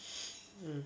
mm